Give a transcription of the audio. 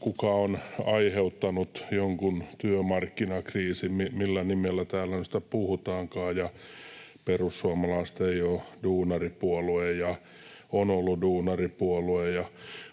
kuka on aiheuttanut jonkun työmarkkinakriisin — millä nimellä täällä nyt siitä puhutaankaan — ja perussuomalaiset eivät ole duunaripuolue ja on ollut duunaripuolue.